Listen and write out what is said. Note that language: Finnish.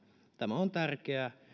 tämä on tärkeää